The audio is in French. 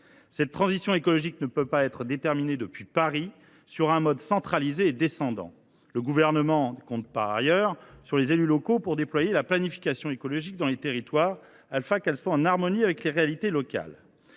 La transition écologique ne peut pas être orchestrée depuis Paris, sur un mode centralisé et descendant. Le Gouvernement compte du reste sur les élus locaux pour déployer la planification écologique dans les territoires, afin que cette dernière soit en harmonie avec les réalités locales.